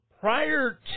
prior